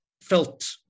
felt